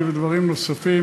התחיל בזה קודמי,